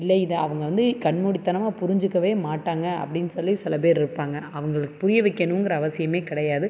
இல்லை இது அவங்க வந்து கண்மூடித்தனமாகப் புரிஞ்சுக்கவே மாட்டாங்க அப்படின் சொல்லி சில பேர் இருப்பாங்க அவங்களை புரிய வைக்கணுங்குற அவசியமே கிடையாது